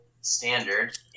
standard